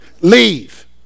Leave